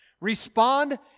Respond